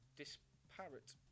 disparate